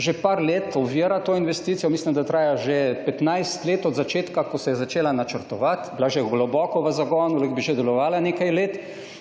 že nekaj let ovira to investicijo. Mislim, da traja že 15 let od začetka, ko se je začela načrtovati, bila je že globoko v zagon in bi lahko že delovala nekaj let.